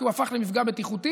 כי הוא הפך למפגע בטיחותי,